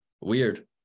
weird